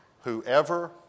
Whoever